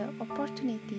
opportunity